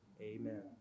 amen